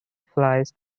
flies